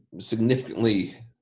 significantly